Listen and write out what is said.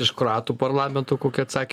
iš kroatų parlamento kokį atsak